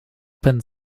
pin